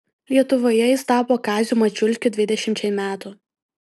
lietuvoje jis tapo kaziu mačiulskiu dvidešimčiai metų